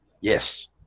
Yes